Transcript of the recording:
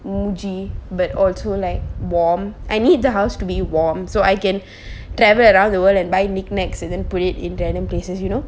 muji but also like warm I need the house to be warm so I can travel around the world and buy knickknacks and then put it in dining places you know